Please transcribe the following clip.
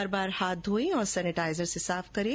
बार बार हाथ धोएं या सेनेटाइजर से साफ करें